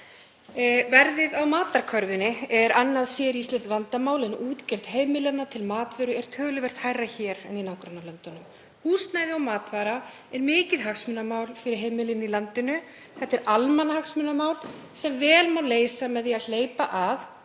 Verðið á matarkörfunni er heldur ekki náttúrulögmál, en útgjöld heimilanna vegna matvöru eru töluvert hærri hér en í nágrannalöndum. Húsnæði og matvara eru mikið hagsmunamál fyrir heimilin í landinu. Það er almannahagsmunamál sem vel má leysa með því að hleypa að